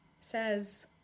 says